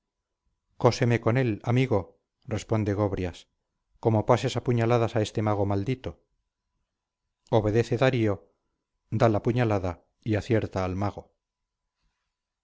cóseme con él amigo responde gobrias como pases a puñaladas a este mago maldito obedece darío da la puñalada y acierta al mago